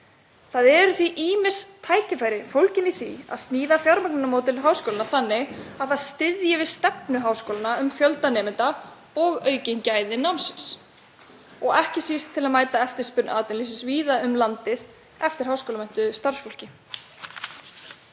Það eru því ýmis tækifæri fólgin í því að sníða fjármögnunarmódel háskólanna þannig að það styðji við stefnu háskólanna um fjölda nemenda og aukin gæði námsins og ekki síst til að mæta eftirspurn atvinnulífsins víða um landið eftir háskólamenntuðu starfsfólki.